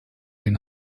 den